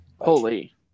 Holy